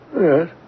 Yes